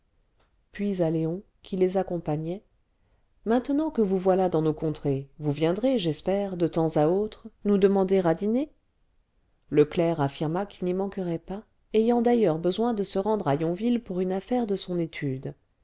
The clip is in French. puis à léon qui les accompagnait maintenant que vous voilà dans nos contrées vous viendrez j'espère de temps à autre nous demander à dîner le clerc affirma qu'il n'y manquerait pas ayant d'ailleurs besoin de se rendre à yonville pour une affaire de son étude